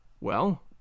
Well